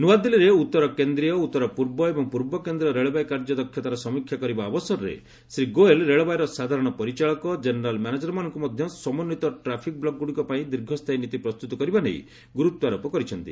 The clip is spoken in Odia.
ନୂଆଦିଲ୍ଲୀରେ ଉତ୍ତର କେନ୍ଦ୍ରୀୟ ଉତ୍ତର ପୂର୍ବ ଏବଂ ପୂର୍ବ କେନ୍ଦ୍ରୀୟ ରେଳବାଇ କାର୍ଯ୍ୟ ଦକ୍ଷତାର ସମୀକ୍ଷା କରିବା ଅବସରରେ ଶ୍ରୀ ଗୋଏଲ୍ ରେଳବାଇର ସାଧାରଣ ପରିଚାଳକ ଜେନେରାଲ୍ ମ୍ୟାନେଜରମାନଙ୍କୁ ମଧ୍ୟ ସମନ୍ୱିତ ଟ୍ରାଫିକ୍ ବ୍ଲକ୍ଗୁଡ଼ିକ ପାଇଁ ଦୀର୍ଘସ୍ଥାୟୀ ନୀତି ପ୍ରସ୍ତୁତ କରିବା ନେଇ ଗୁରୁତ୍ୱାରୋପ କରିଛନ୍ତି